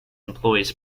employs